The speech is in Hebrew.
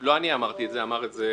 לא אני אמרתי את זה, אמר את זה